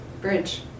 Bridge